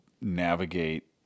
navigate